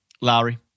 Lowry